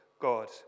God